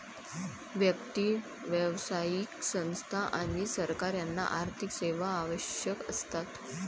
व्यक्ती, व्यावसायिक संस्था आणि सरकार यांना आर्थिक सेवा आवश्यक असतात